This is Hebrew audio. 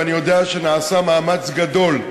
ואני יודע שנעשה מאמץ גדול,